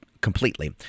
completely